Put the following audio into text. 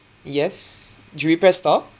yes should we press stop